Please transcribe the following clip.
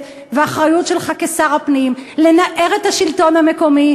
ואחריות שלך כשר הפנים לנער את השלטון המקומי.